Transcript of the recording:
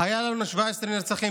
היו לנו 17 נרצחים.